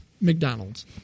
McDonald's